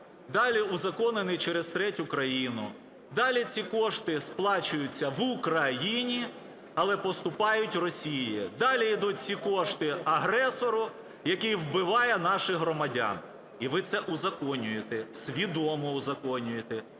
далі узаконений через третю країну, далі ці кошти сплачуються в Україні, але поступають Росії, далі йдуть ці кошти агресору, який вбиває наших громадян. І ви це узаконюєте, свідомо узаконюєте.